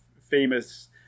famous